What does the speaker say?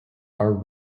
are